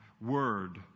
word